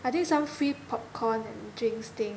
I think some free popcorn and drinks thing